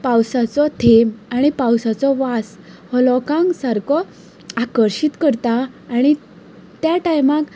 पावसाचो थेंब आनी पावसाचो वास हो लोकांक सारको आकर्शीत करता आनी त्या टायमाक